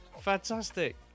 Fantastic